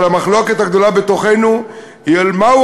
אבל המחלוקת הגדולה בתוכנו היא מהו